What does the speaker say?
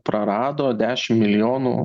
prarado dešim milijonų